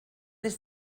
des